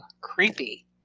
Creepy